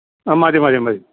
ആ മതി മതി മതി